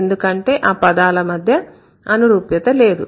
ఎందుకంటే ఆ పదాల మధ్య అనురూప్యత లేదు